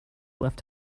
left